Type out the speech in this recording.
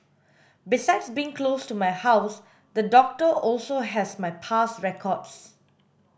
besides being close to my house the doctor also has my past records